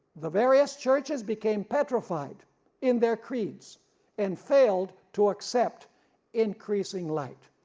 the various churches became petrified in their creeds and failed to accept increasing light,